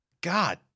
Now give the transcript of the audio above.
God